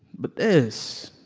but this